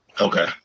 Okay